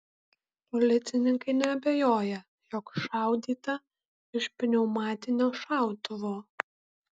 policininkai neabejoja jog šaudyta iš pneumatinio šautuvo